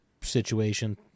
situation